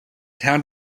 town